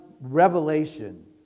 revelation